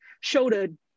showed